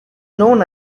known